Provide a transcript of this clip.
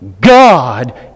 God